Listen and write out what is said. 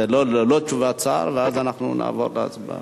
זה ללא תשובת שר, ואז אנחנו נעבור להצבעה.